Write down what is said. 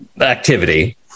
activity